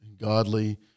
godly